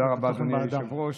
תודה רבה, אדוני היושב-ראש.